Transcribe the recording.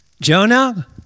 Jonah